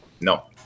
No